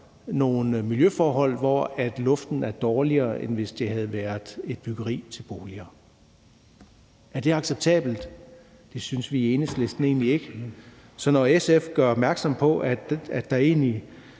nogle miljøforhold, hvor luften er dårligere, end hvis det havde været et byggeri til boliger. Er det acceptabelt? Det synes vi egentlig ikke i Enhedslisten. Så når SF gør opmærksom på, at der egentlig